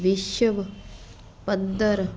ਵਿਸ਼ਵ ਪੱਧਰ